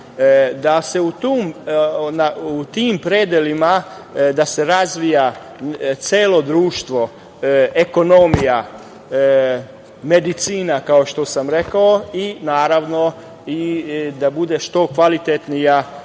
da se u tim predelima razvija celo društvo, ekonomija, medicina kao što sam rekao i da bude što kvalitetnija